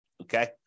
okay